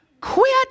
Quit